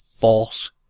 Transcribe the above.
false